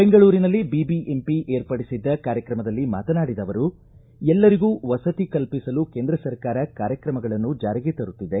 ಬೆಂಗಳೂರಿನಲ್ಲಿ ಬಿಬಿಎಂಪಿ ಏರ್ಪಡಿಸಿದ್ದ ಕಾರ್ಯಕ್ರಮದಲ್ಲಿ ಮಾತನಾಡಿದ ಅವರು ಎಲ್ಲರಿಗೂ ವಸತಿ ಕಲ್ಪಿಸಲು ಕೇಂದ್ರ ಸರ್ಕಾರ ಕಾರ್ಯಕ್ರಮಗಳನ್ನು ಜಾರಿಗೆ ತರುತ್ತಿದೆ